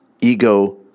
ego